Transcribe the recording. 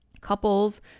couples